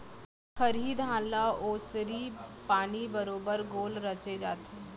खरही धान ल ओसरी पानी बरोबर गोल रचे जाथे